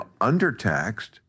undertaxed